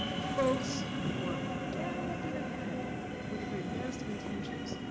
folks were galloping ahead with the very best of intentions,